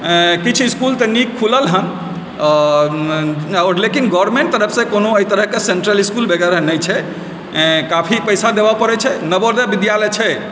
किछु इस्कुल तऽ नीक खुलल हेँ आओर आओर लेकिन गवर्मेंट तरफसँ कोनो एहि तरहक सेंट्रल इस्कुल वगैरह नहि छै काफी पैसा देबय पड़ैत छै नवोदय विद्यालय छै